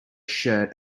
shirt